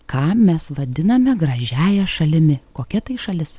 ką mes vadiname gražiąja šalimi kokia tai šalis